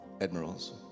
Admirals